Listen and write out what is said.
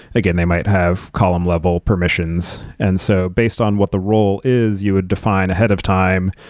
again, they might have column level permissions. and so, based on what the role is, you would define ahead of time.